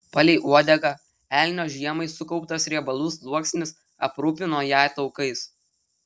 palei uodegą elnio žiemai sukauptas riebalų sluoksnis aprūpino ją taukais